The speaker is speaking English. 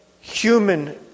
human